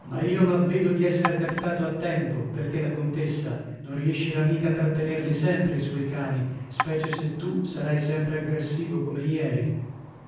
ma io m'avvedo di esser capitato a tempo perchè la contessa non riescirà mica a trattenerli sempre i suoi cani specie se tu sarai sempre aggressivo come ieri